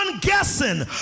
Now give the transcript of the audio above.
guessing